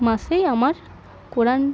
মাসেই আমার কোরান